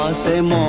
same